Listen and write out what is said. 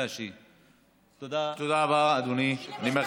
לא בִּלאדי בִּלאדי ולא בטיח'